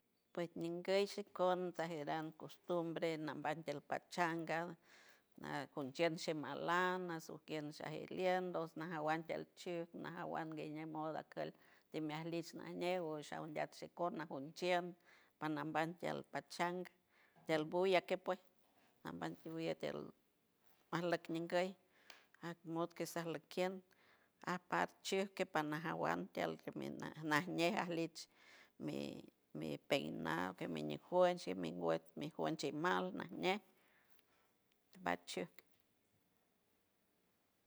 Pues ñindeysocoj contajeran costumbre nambay del pachanga narconchershe malana sujier shageliendos nasaguandi child nasaguanga deymoda aquel demialish nañeum ushaundiat shecorna junchield panamban ti al pachanga ti albuya kepue niambat tiguyadtia alok ñeinguey ajmok kesanlokiend apar chike pana jaguante alkemina najñe alijch mi mipeinado miñicueyshi mijuenchimal najñe batchue